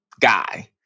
guy